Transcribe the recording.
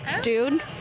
dude